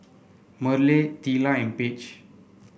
Merle Teela and Page